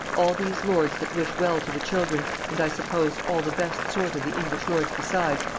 all these lords that wish well to the children, and, i suppose, all the best sort of the english lords besides,